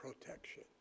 protection